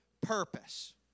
purpose